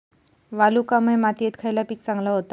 वालुकामय मातयेत खयला पीक चांगला होता?